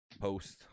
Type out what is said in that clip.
post